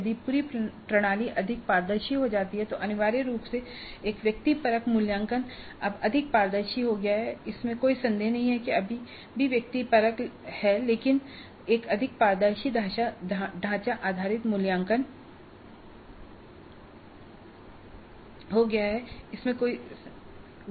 यदि पूरी प्रणाली अधिक पारदर्शी हो जाती है तो अनिवार्य रूप से एक व्यक्तिपरक मूल्यांकन अब अधिक पारदर्शी हो गया है इसमें कोई संदेह नहीं है कि अभी भी व्यक्तिपरक है लेकिन एक अधिक पारदर्शी ढांचा आधारित मूल्यांकन है